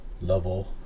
level